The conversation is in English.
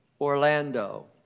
Orlando